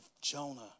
Jonah